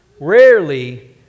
rarely